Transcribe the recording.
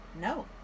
No